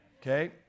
Okay